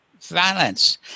violence